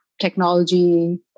technology